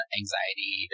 anxiety